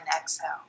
exhale